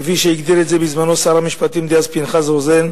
כפי שהגדיר את זה בזמנו שר המשפטים דאז פנחס רוזן: